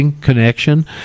connection